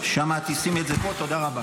-- אני קראתי אותך לסדר פעם שנייה.